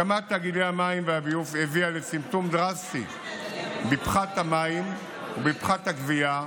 הקמת תאגידי המים והביוב הביאה לצמצום דרסטי בפחת המים ובפחת הגבייה,